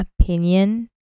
opinion